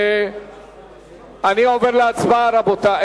אני עובר להצבעה,